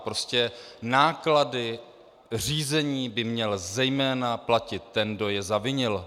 Prostě náklady řízení by měl zejména platit ten, kdo je zavinil.